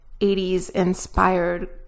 80s-inspired